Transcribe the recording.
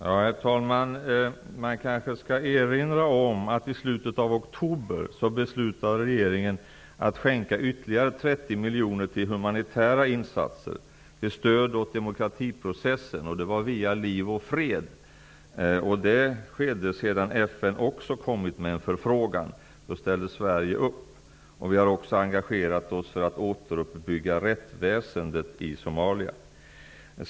Herr talman! Man kanske skall erinra om att i slutet av oktober beslutade regeringen att skänka ytterligare 30 miljoner kronor till humanitära insatser, till stöd åt demokratiprocessen. Det var via Liv-och-Fred-organisationen. Det skedde efter det att FN kommit med en förfrågan. Då ställde Sverige upp. Vi har också engagerat oss för att återuppbygga rättsväsendet i Somalia.